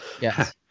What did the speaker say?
Yes